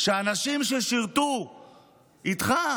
שאנשים ששירתו איתך,